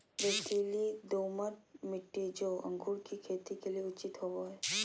रेतीली, दोमट मिट्टी, जो अंगूर की खेती के लिए उचित होवो हइ